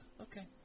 Okay